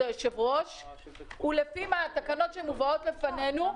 לפי התקנות שמובאות בפנינו,